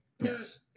Yes